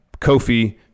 Kofi